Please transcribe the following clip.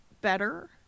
better